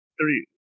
Three